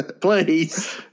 please